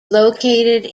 located